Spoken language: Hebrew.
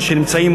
שנמצאים,